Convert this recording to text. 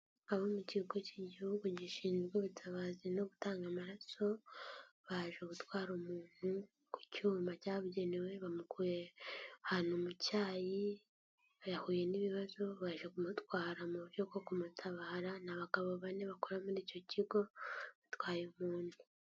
Abo mu gihugu cy'igihugu gishinzwe ubutabazi no gutanga amaraso, baje gutwara umuntu ku cyuma cyabibugenewe bamukuye ahantu mu cyayi, yahuye n'ibibazo, baje kumutwara mu buryo bwo kumutabara, ni abagabo bane bakora muri icyo kigo, batwaye umuntu.